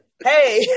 hey